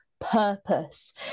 purpose